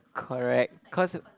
correct cause